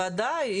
ודאי,